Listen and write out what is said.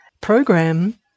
program